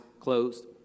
closed